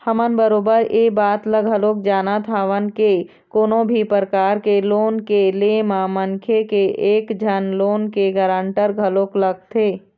हमन बरोबर ऐ बात ल घलोक जानत हवन के कोनो भी परकार के लोन के ले म मनखे के एक झन लोन के गारंटर घलोक लगथे